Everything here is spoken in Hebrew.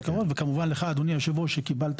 כמובן תודה לך אדוני היושב ראש שקיבלת